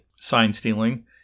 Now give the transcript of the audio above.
sign-stealing